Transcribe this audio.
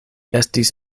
estis